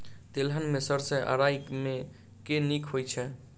तेलहन मे सैरसो आ राई मे केँ नीक होइ छै?